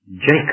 Jacob